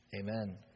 Amen